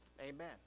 Amen